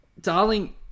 Darling